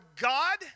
God